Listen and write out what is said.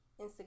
Instagram